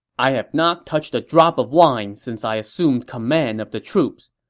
i have not touched a drop of wine since i assumed command of the troops.